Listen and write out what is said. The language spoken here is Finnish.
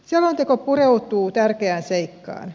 selonteko pureutuu tärkeään seikkaan